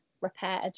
repaired